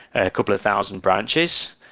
a couple of thousands branches.